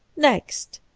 next,